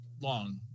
long